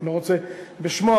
אני לא רוצה לומר בשמו,